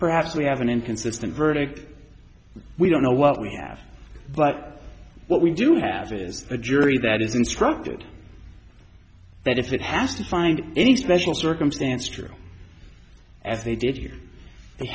perhaps we have an inconsistent verdict we don't know what we have but what we do have is a jury that is instructed that if it has to find any special circumstance true as they did he